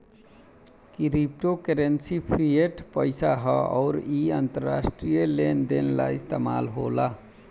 crypto currency fiat पईसा ह अउर इ अंतरराष्ट्रीय लेन देन ला इस्तमाल होला